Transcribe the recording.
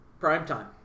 Primetime